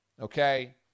Okay